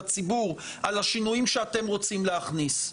על השינויים שרוצים להכניס.